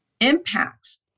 impacts